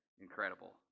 incredible